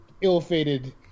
ill-fated